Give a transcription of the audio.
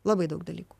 labai daug dalykų